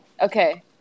Okay